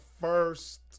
first